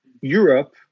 Europe